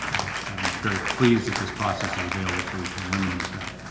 i'm very pleased that this process is available so we can eliminate that.